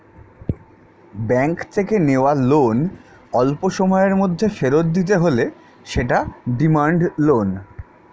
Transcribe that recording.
bank থেকে নেওয়া loan অল্পসময়ের মধ্যে ফেরত দিতে হলে সেটা ডিমান্ড লোন